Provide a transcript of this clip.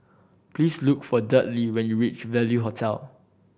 please look for Dudley when you reach Value Hotel